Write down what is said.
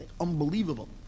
unbelievable